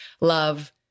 love